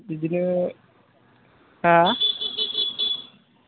बिदिनो हा